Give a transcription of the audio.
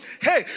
hey